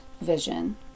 vision